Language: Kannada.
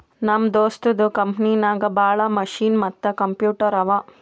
ನಮ್ ದೋಸ್ತದು ಕಂಪನಿನಾಗ್ ಭಾಳ ಮಷಿನ್ ಮತ್ತ ಕಂಪ್ಯೂಟರ್ ಅವಾ